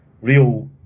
real